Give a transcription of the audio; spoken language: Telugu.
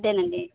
అదేనండి